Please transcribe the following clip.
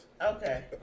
Okay